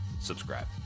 Subscribe